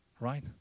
right